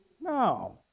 No